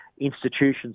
institutions